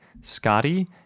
Scotty